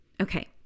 Okay